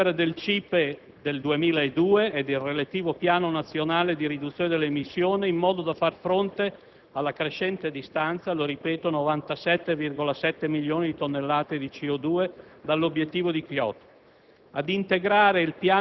ad aggiornare la delibera del CIPE n. 123 del 2002 e il relativo Piano nazionale di riduzione dell'emissioni, in modo da far fronte alla crescente distanza (lo ripeto, 97,7 milioni di tonnellate di CO2) dall'obiettivo di Kyoto;